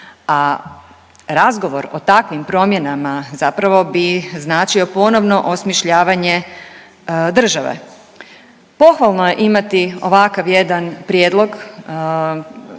A razgovor o takvim promjenama zapravo bi značio ponovno osmišljavanje države. Pohvalno je imati ovakav jedan prijedlog